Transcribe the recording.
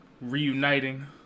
reuniting